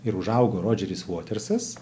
ir užaugo rodžeris votersas